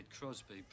Crosby